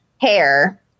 hair